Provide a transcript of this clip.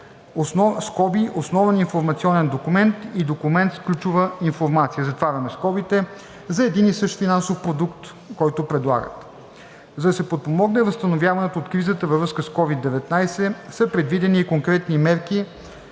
(основен информационен документ и документ с ключовата информация) за един и същ финансов продукт, който предлагат. За да се подпомогне възстановяването от кризата във връзка с COVID-19, са предвидени и конкретни мерки,